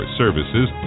services